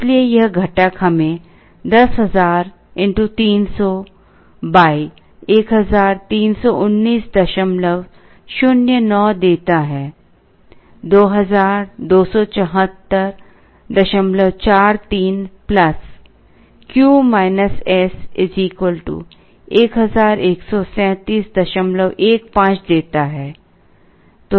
इसलिए यह घटक हमें 10000 x 300 131909 देता है 227443 113715 देता है